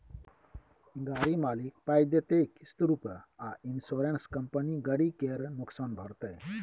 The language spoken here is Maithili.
गाड़ी मालिक पाइ देतै किस्त रुपे आ इंश्योरेंस कंपनी गरी केर नोकसान भरतै